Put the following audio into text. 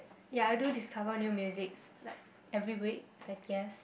ya I do discover new musics like every week I guess